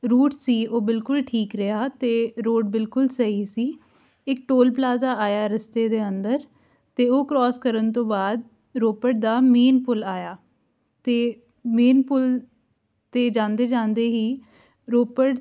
route ਸੀ ਉਹ ਬਿਲਕੁਲ ਠੀਕ ਰਿਹਾ ਅਤੇ ਰੋਡ ਬਿਲਕੁਲ ਸਹੀ ਸੀ ਇੱਕ ਟੋਲ ਪਲਾਜ਼ਾ ਆਇਆ ਰਸਤੇ ਦੇ ਅੰਦਰ ਅਤੇ ਉਹ ਕਰੋਸ ਕਰਨ ਤੋਂ ਬਾਅਦ ਰੋਪੜ ਦਾ ਮੇਨ ਪੁੱਲ ਆਇਆ ਅਤੇ ਮੇਨ ਪੁੱਲ 'ਤੇ ਜਾਂਦੇ ਜਾਂਦੇ ਹੀ ਰੋਪੜ 'ਚ